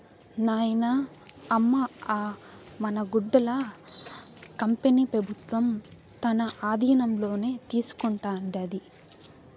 నాయనా, అమ్మ అ మన గుడ్డల కంపెనీ పెబుత్వం తన ఆధీనంలోకి తీసుకుంటాండాది